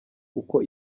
uko